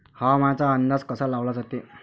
हवामानाचा अंदाज कसा लावला जाते?